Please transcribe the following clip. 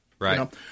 Right